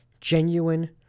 genuine